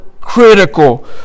critical